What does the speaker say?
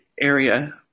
area